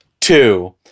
two